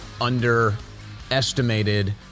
underestimated